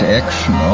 action